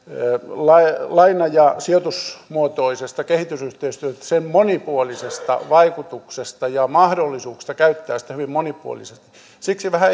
laina ja sijoitusmuotoisesta kehitysyhteistyöstä sen monipuolisesta vaikutuksesta ja mahdollisuuksista käyttää sitä hyvin monipuolisesti siksi vähän